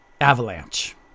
Avalanche